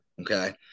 Okay